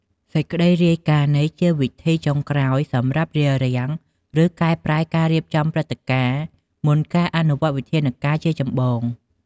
សេចក្តីរាយការណ៍នេះជាវិធីចុងក្រោយសម្រាប់រារាំង ឬកែប្រែការរៀបចំព្រឹត្តិការណ៍ មុនការអនុវត្តវិធានការជាចម្បង។